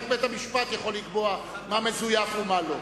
רק בית-המשפט יכול לקבוע מה מזויף ומה לא.